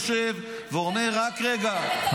ודודי אמסלם,